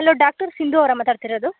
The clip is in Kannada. ಹಲೋ ಡಾಕ್ಟರ್ ಸಿಂಧೂ ಅವರಾ ಮಾತಾಡ್ತಿರೋದು